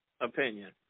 opinion